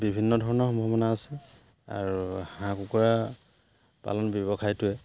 বিভিন্ন ধৰণৰ সম্ভাৱনা আছে আৰু হাঁহ কুকুৰা পালন ব্যৱসায়টোৱে